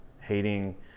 hating